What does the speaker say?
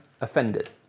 Offended